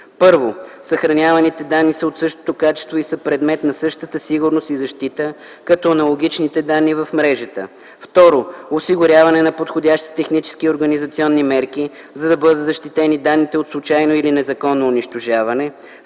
1. съхраняваните данни са от същото качество и са предмет на същата сигурност и защита като аналогичните данни в мрежата; 2. осигуряване на подходящи технически и организационни мерки, за да бъдат защитени данните от случайно или незаконно унищожаване,